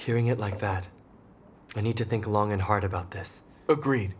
hearing it like that we need to think long and hard about this agree